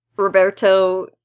Roberto